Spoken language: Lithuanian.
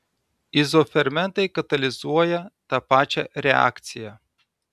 izofermentai katalizuoja tą pačią reakciją